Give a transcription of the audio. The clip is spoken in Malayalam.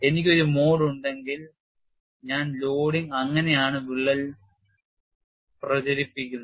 എനിക്ക് ഒരു മോഡ് I ഉണ്ടെങ്കിൽ ഞാൻ ലോഡിംഗ് അങ്ങനെയാണ് വിള്ളൽ പ്രചരിപ്പിക്കുന്നത്